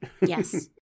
Yes